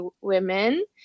women